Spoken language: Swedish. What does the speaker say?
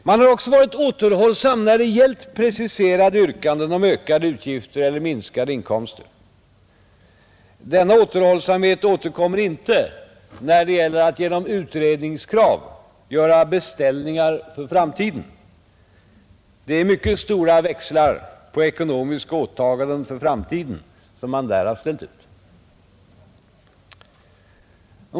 Man har också varit återhållsam när det gällt preciserade yrkanden om ökade utgifter eller minskade inkomster. Denna återhållsamhet återkommer inte när det gäller att genom utredningskrav göra beställningar för framtiden. Det är mycket stora växlar på ekonomiska åtaganden för framtiden som man där har ställt ut.